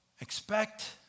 Expect